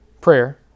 prayer